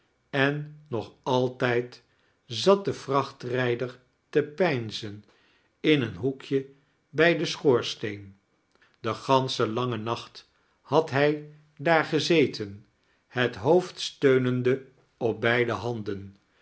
en nog altijd zat de vrachtrijder te peinzen in een hoekje bij den schoorsteen den ganschen langen nacht had hij daar gezeten het hoofd steunende op beide handen